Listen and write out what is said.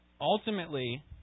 Ultimately